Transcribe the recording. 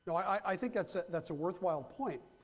i think that's ah that's a worthwhile point.